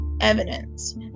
evidence